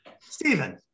Stephen